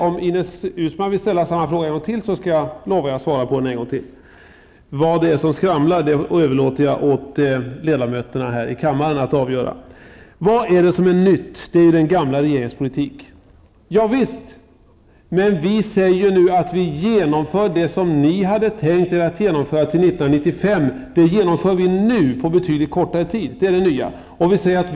Om Ines Uusmann vill ställa samma fråga en gång till, lovar jag att svara på den en gång till. Vad det är som skramlar överlåter jag åt ledamöterna i kammaren att avgöra. ''Vad är det som är nytt? Det är den gamla regeringens politik.'' Ja, visst! Men vi säger att vi genomför nu på betydligt kortare tid det som ni socialdemokrater hade tänkt att genomföra till 1995.